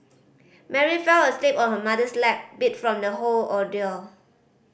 Mary fell asleep on her mother's lap beat from the whole ordeal